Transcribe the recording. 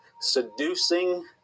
seducing